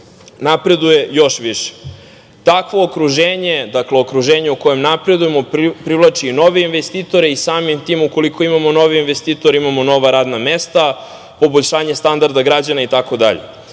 napreduje još više. Takvo okruženje, dakle, okruženje u kojem napredujemo privlači i nove investitore i samim tim, ukoliko imamo nove investitore, imamo nova radna mesta, poboljšanje standarda građana